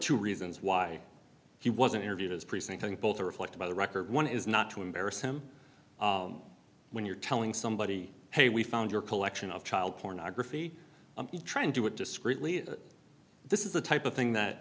two reasons why he wasn't interviewed as precinct think both are reflected by the record one is not to embarrass him when you're telling somebody hey we found your collection of child pornography i'm trying to do it discreetly this is the type of thing that